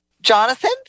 jonathan